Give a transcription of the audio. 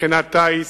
מבחינת טיס.